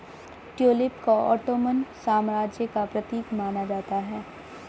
tulip को Ottoman साम्राज्य का प्रतीक माना जाता है